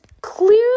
clearly